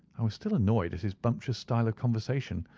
i was still annoyed at his bumptious style of conversation.